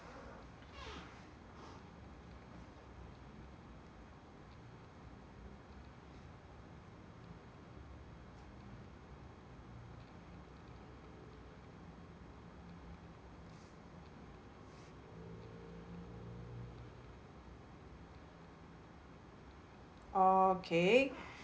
orh okay